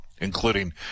including